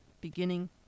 beginning